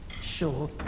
sure